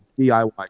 DIY